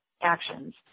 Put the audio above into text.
actions